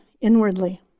inwardly